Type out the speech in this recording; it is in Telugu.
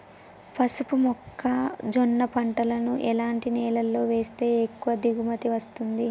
పసుపు మొక్క జొన్న పంటలను ఎలాంటి నేలలో వేస్తే ఎక్కువ దిగుమతి వస్తుంది?